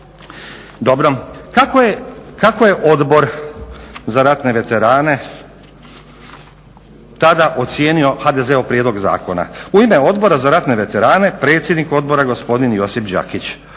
Dobro. Kako je Odbor za ratne veterane tada ocijenio HDZ-ov prijedlog zakona? u ime Odbora za ratne veterane predsjednik odbora gospodin Josip Đakić,